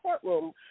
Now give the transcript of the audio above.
courtroom